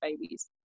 babies